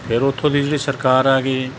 ਫਿਰ ਉੱਥੋਂ ਦੀ ਜਿਹੜੀ ਸਰਕਾਰ ਆ ਗਈ